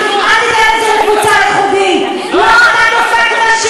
אתה, אתה רוצה לתת